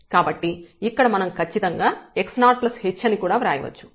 కాబట్టి ఇక్కడ మనం ఖచ్చితంగా x0h అని కూడా వ్రాయవచ్చు